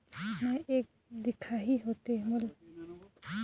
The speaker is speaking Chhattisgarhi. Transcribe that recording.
मैं एक दिखाही होथे मोला खेती बर लोन चाही त ओकर बर का का करना पड़ही?